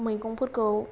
मैगंफोरखौ